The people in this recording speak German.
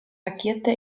agierte